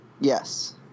Yes